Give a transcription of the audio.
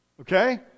Okay